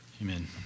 Amen